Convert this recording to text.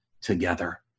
together